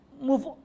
move